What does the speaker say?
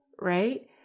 right